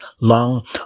long